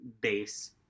base